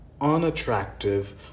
unattractive